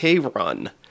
run